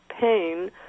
pain